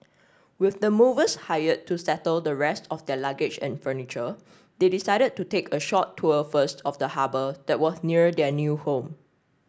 with the movers hired to settle the rest of their luggage and furniture they decided to take a short tour first of the harbour that was near their new home